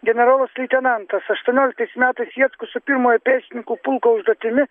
generolas leitenantas aštuonioliktais metais jackus su pirmojo pėstininkų pulko užduotimi